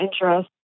interest